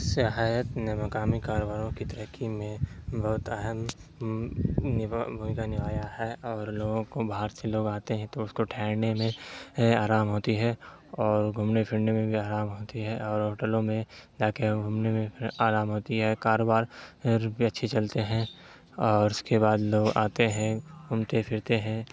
سیاحت نے مقامی کاروباروں کی ترقی میں بہت اہم بھومیکا نبھایا ہے اور لوگوں کو باہر سے لوگ آتے ہیں تو اس کو ٹھہرنے میں آرام ہوتی ہے اور گھومنے پھرنے میں بھی آرام ہوتی ہے اور ہوٹلوں میں جا کے گھومنے میں آرام ہوتی ہے کاروبار بھی اچھے چلتے ہیں اور اس کے بعد لوگ آتے ہیں گھومتے پھرتے ہیں